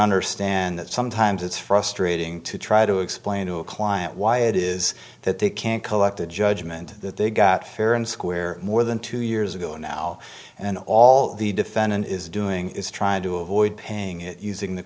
understand that sometimes it's frustrating to try to explain to a client why it is that they can't collect a judgment that they got fair and square more than two years ago now and all the defendant is doing is trying to avoid paying it using the